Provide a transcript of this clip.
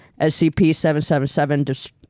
SCP-777